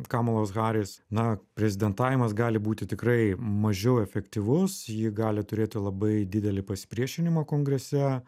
kamalos haris na prezidentavimas gali būti tikrai mažiau efektyvus ji gali turėti labai didelį pasipriešinimą kongrese